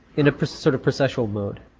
in a sort of processional mode.